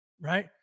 right